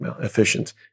efficient